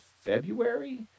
February